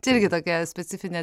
čia irgi tokia specifinė